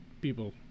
people